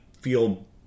feel